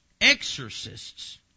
exorcists